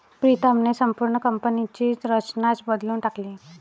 प्रीतमने संपूर्ण कंपनीची रचनाच बदलून टाकली